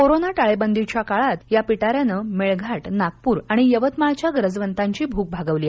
corona टाळेबंदीच्या काळात या पिटाऱ्यानं मेळघाट नागप्र आणि यवतमाळ च्या गरजवंतांची भूक भागवली